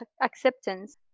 acceptance